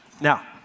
Now